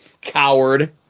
Coward